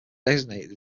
designated